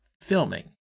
filming